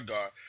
God